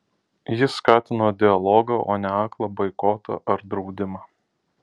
jis skatino dialogą o ne aklą boikotą ar draudimą